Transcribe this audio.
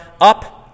up